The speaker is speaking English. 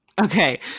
Okay